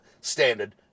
standard